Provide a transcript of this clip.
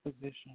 position